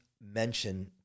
mention